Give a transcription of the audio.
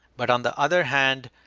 but on the other hand,